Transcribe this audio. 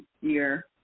year